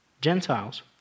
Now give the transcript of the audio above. Gentiles